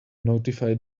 notified